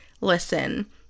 Listen